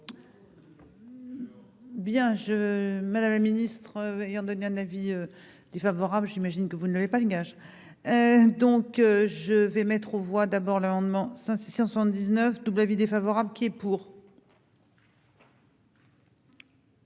Bien je madame la ministre ayant donné un avis défavorable, j'imagine que vous ne l'avez pas gages, donc je vais mettre aux voix, d'abord, l'amendement 79 double avis défavorable qui est pour.